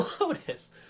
Lotus